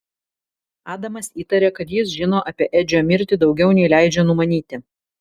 adamas įtarė kad jis žino apie edžio mirtį daugiau nei leidžia numanyti